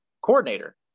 coordinator